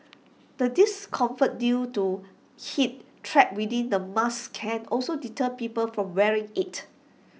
the discomfort due to heat trapped within the mask can also deter people from wearing IT